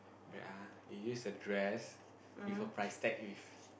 wait ah you use the dress with a price tag with